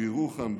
בירוחם,